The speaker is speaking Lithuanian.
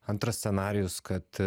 antras scenarijus kad